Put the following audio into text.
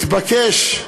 מתבקש,